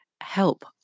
help